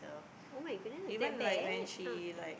[oh]-my-goodness that bad ah